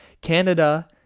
Canada